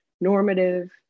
normative